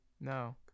No